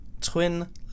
twin